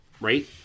right